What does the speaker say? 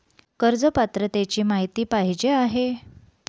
कर्ज पात्रतेची माहिती पाहिजे आहे?